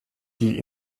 die